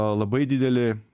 labai didelį